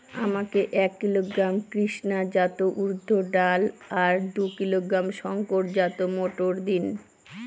আমাকে এক কিলোগ্রাম কৃষ্ণা জাত উর্দ ডাল আর দু কিলোগ্রাম শঙ্কর জাত মোটর দিন?